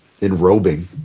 enrobing